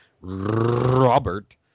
Robert